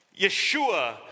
Yeshua